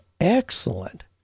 excellent